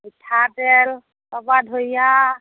মিঠাতেল অপা ধৰি আৰু